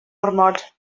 ormod